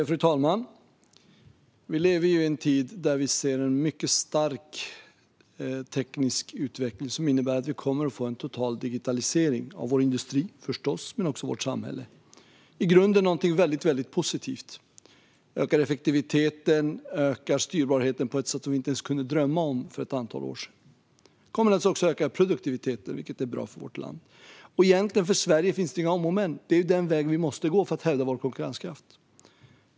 Fru talman! Vi lever i en tid där vi ser en mycket stark teknisk utveckling som innebär att vi kommer att få en total digitalisering av vår industri, förstås, men också av vårt samhälle. Det är i grunden någonting mycket positivt. Det ökar effektiviteten och styrbarheten på ett sätt som vi inte ens kunde drömma om för ett antal år sedan. Det kommer naturligtvis också att öka produktiviteten, vilket är bra för vårt land. För Sverige finns det egentligen inte några om och men; det är den väg som vi måste gå för att hävda vår konkurrenskraft.